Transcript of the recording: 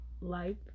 life